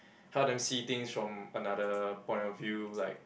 help them see things from another point of view like